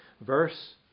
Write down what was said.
verse